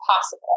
possible